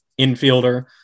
infielder